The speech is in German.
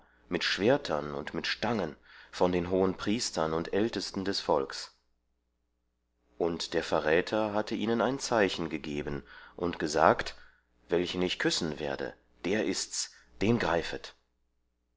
mit schwertern und mit stangen von den hohenpriestern und ältesten des volks und der verräter hatte ihnen ein zeichen gegeben und gesagt welchen ich küssen werde der ist's den greifet